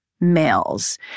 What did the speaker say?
Males